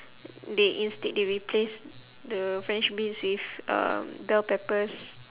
they instead they replace the french beans with um bell peppers